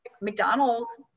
McDonald's